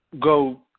go